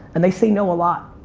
and they say no, a lot.